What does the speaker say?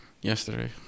Yesterday